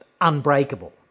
unbreakable